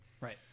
Right